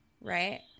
Right